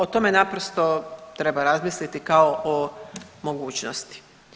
O tome naprosto treba razmisliti kao o mogućnosti.